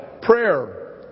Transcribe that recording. prayer